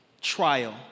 trial